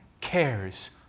cares